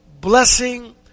blessing